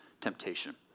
temptation